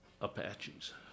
Apaches